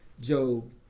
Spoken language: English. Job